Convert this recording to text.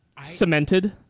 cemented